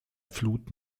flut